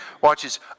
watches